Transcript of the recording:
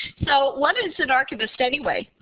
so what is an archivist, anyway?